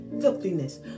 filthiness